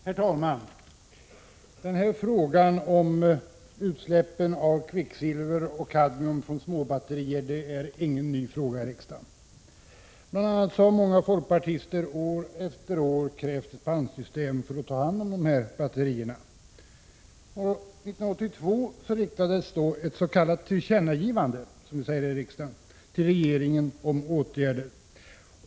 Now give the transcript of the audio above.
Herr talman! Frågan om utsläpp av kvicksilver och kadmium från småbatterier är ingen ny fråga i riksdagen. Bl. a. har många folkpartister år efter år krävt ett pantsystem för att ta hand om batterierna. År 1982 riktades ett — som vi kallar det i riksdagen — tillkännagivande till regeringen om åtgärder.